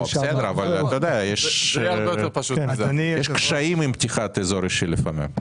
בסדר, אבל יש קשיים עם פתיחת אזור אישי לפעמים.